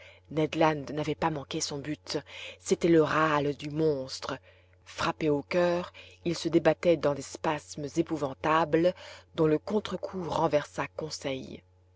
land n'avait pas manqué son but c'était le râle du monstre frappé au coeur il se débattait dans des spasmes épouvantables dont le contrecoup renversa conseil